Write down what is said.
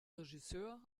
regisseur